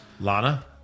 Lana